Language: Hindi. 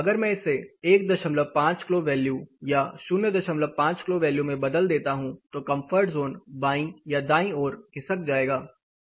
अगर मैं इसे 15 क्लो वैल्यू या 05 क्लो वैल्यू में बदल देता हूं तो कम्फर्ट ज़ोन बाईं या दाईं ओर खिसक जाएगा